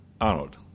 Arnold